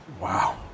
Wow